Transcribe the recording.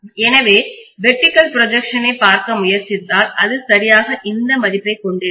எனவே வெர்டிக்கல் ப்ராஜெக்சனை பார்க்க முயற்சித்தால் அது சரியாக இந்த மதிப்பைக் கொண்டிருக்கும்